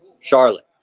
Charlotte